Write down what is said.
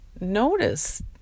notice